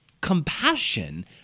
compassion